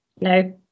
no